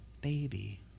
baby